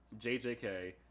JJK